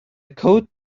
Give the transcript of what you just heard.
could